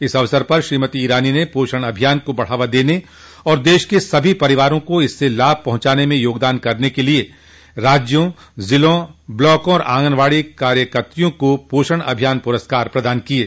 इस अवसर पर श्रीमती ईरानी ने पोषण अभियान को बढ़ावा देने और देश के सभी परिवारों को इससे लाभ पहुंचाने में योगदान करने के लिये राज्यों ज़िलों ब्लॉको और आंगनबाड़ी कार्य कत्रियों को पोषण अभियान पुरस्कार प्रदान किये